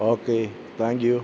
okay thank you